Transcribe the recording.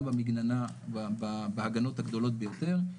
גם בהגנות הגדולות ביותר,